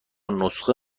نسخه